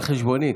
על חשבוני,